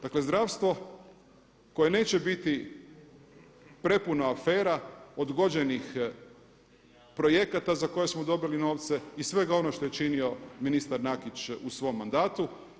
Dakle zdravstvo koje neće biti prepuno afera, odgođenih projekata za koje smo dobili novce i svega onoga što je činio ministar Nakić u svom mandatu.